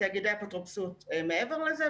ותאגידי אפוטרופסות מעבר לזה,